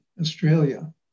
Australia